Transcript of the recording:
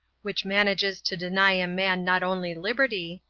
which manages to deny a man not only liberty,